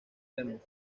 demos